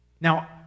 Now